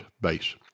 base